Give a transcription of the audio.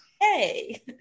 hey